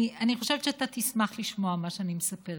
אני חושבת שאתה תשמח לשמוע מה שאני מספרת.